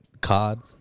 Cod